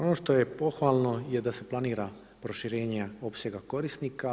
Ono što je pohvalno je da se planira proširenje opsega korisnika.